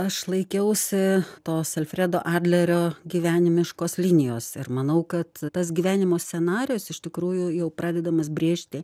aš laikiausi tos alfredo adlerio gyvenimiškos linijos ir manau kad tas gyvenimo scenarijus iš tikrųjų jau pradedamas brėžti